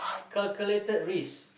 calculated risk